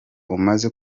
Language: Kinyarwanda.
umaze